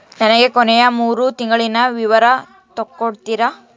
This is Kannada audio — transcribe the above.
ನನಗ ಕೊನೆಯ ಮೂರು ತಿಂಗಳಿನ ವಿವರ ತಕ್ಕೊಡ್ತೇರಾ?